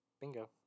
Bingo